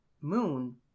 Moon